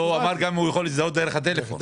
לא, הוא אמר שהוא יכול להזדהות גם דרך הטלפון.